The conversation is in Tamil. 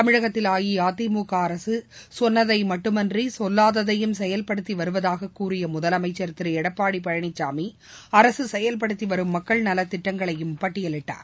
தமிழகத்தில் அஇஅதிமுக அரசு சொன்னதை மட்டுமின்றி சொல்லாததையும் செயல்படுத்தி வருவதாகக் கூறிய முதலமைச்சர் திரு எடப்பாடி பழனிசாமி அரசு செயல்படுத்தி வரும் மக்கள் நலத் திட்டங்களையும் பட்டியலிட்டார்